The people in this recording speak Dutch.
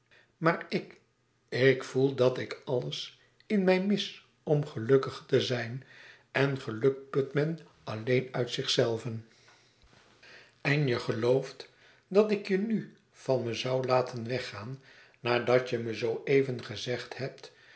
maar ik ik voel dat ik alles in mij mis om gelukkig te zijn en geluk put men alleen uit zichzelven en je gelooft dat ik je nu van me zoû laten weggaan nadat je me zoo even gezegd hebt